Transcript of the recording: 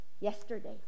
yesterday